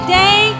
day